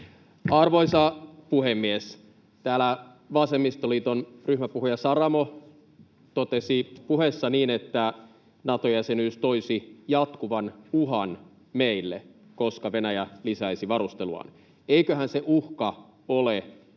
Arvoisa puhemies! Täällä vasemmistoliiton ryhmäpuhuja Saramo totesi puheessaan niin, että Nato-jäsenyys toisi jatkuvan uhan meille, koska Venäjä lisäisi varusteluaan. Eiköhän se uhka ole kaikille